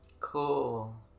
Cool